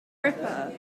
ripper